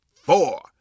four